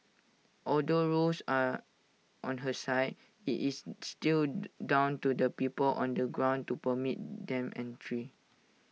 although rules are on her side IT is still down to the people on the ground to permit them entry